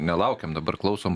nelaukiam dabar klausom